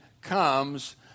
comes